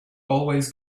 always